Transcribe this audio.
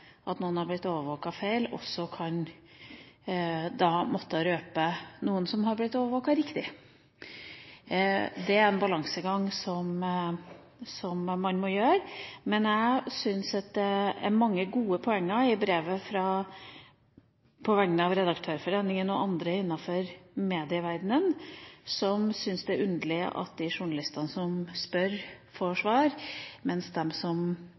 at noen har blitt overvåket feil, kan komme til å røpe noen som har blitt overvåket riktig. Det er en balansegang i dette, men jeg syns det er mange gode poenger i brevet fra Norsk Redaktørforening og andre innenfor medieverdenen, hvor de sier de syns det er underlig at de journalistene som spør, får svar, mens de som